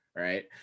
Right